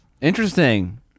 interesting